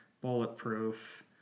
Bulletproof